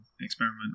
experiment